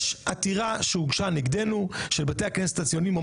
יש עתירה שהוגשה נגדנו של בתי הכנסת הציוניים.